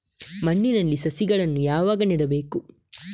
ಮಣ್ಣಿನಲ್ಲಿ ಸಸಿಗಳನ್ನು ಯಾವಾಗ ನೆಡಬೇಕು?